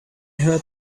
heard